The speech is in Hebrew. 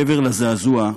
מעבר לזעזוע,